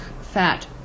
Fat